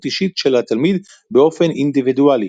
אישית של התלמיד באופן אינדיבידואלי,